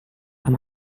amb